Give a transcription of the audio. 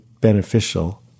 beneficial